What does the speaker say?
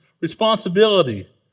responsibility